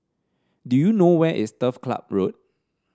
do you know where is Turf Club Road